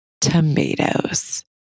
tomatoes